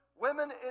Women